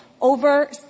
over